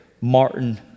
Martin